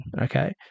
okay